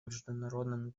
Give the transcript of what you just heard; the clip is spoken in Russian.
международному